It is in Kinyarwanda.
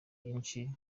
byinshi